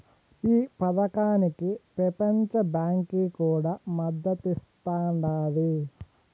ఈ పదకానికి పెపంచ బాంకీ కూడా మద్దతిస్తాండాది